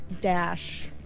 dash